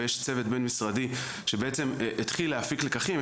ויש צוות בין-משרדי שבעצם התחיל להפיק לקחים.